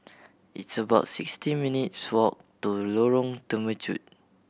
it's about sixty minutes' walk to Lorong Temechut